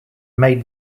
made